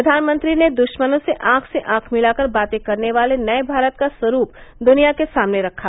प्रधानमंत्री ने दृश्मनों से आंख से आंख मिलाकर बातें करने वाले नये भारत का स्वरूप दुनिया के सामने रखा